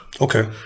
Okay